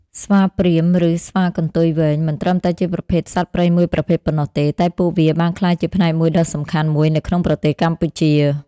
ស្វាព្រាហ្មណ៍ ឬ ស្វាកន្ទុយវែង មិនត្រឹមតែជាប្រភេទសត្វព្រៃមួយប្រភេទប៉ុណ្ណោះទេ តែពួកវាបានក្លាយជាផ្នែកមួយដ៏សំខាន់មួយនៅក្នុងប្រទេសកម្ពុជា។